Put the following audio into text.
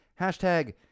Hashtag